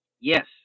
Yes